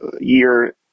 year